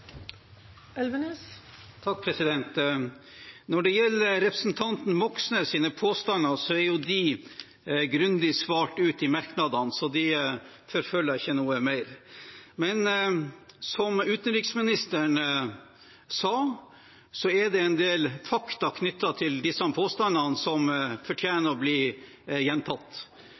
de grundig svart ut i merknadene, så dem forfølger jeg ikke noe mer. Som utenriksministeren sa, er det en del fakta knyttet til disse påstandene som fortjener å bli gjentatt.